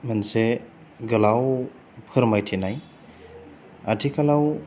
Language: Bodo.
मोनसे गोलाव फोरमायथिनाय आथिखालाव